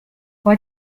why